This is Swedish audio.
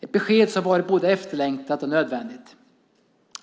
Det är ett besked som varit både efterlängtat och nödvändigt.